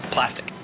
Plastic